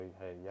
hey